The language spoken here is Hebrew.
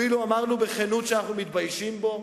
אפילו אמרנו בכנות שאנחנו מתביישים בו.